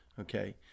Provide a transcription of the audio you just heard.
okay